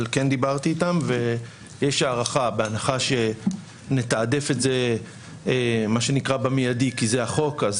כן דיברתי איתם ויש הערכה בהנחה שנתעדף את זה במיידי כי זה החוק,